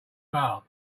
bar